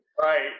right